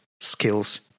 skills